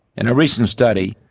in a recent study,